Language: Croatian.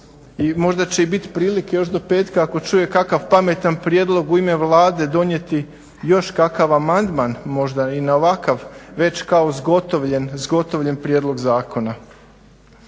Možda će i bit prilike još do petka ako čuje kakav pametan prijedlog u ime Vlade donijeti još kakav amandman možda i na ovakav već kao zgotovljen prijedlog zakona.